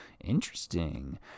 Interesting